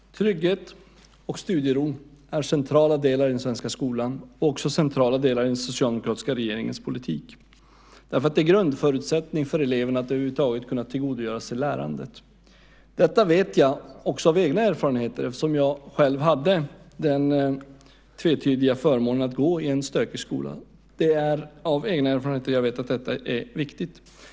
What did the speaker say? Herr talman! Trygghet och studiero är centrala delar i den svenska skolan, också centrala delar i den socialdemokratiska regeringens politik. Det är grundförutsättningen för eleverna för att över huvud taget kunna tillgodogöra sig lärandet. Detta vet jag också av egna erfarenheter, eftersom jag själv hade den tvetydiga förmånen att gå i en stökig skola. Det är av egna erfarenheter jag vet att detta är viktigt.